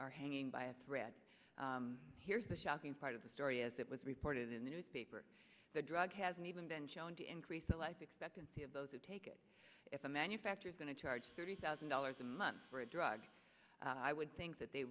are hanging by a thread here's the shocking part of the story as it was reported in the newspaper the drug hasn't even been shown to increase the life expectancy of those who take it if a manufacturer is going to charge thirty thousand dollars a month for a drug i would think that they